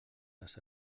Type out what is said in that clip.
les